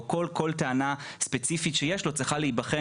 או כל טענה ספציפית שיש לו צריכה להיבחן,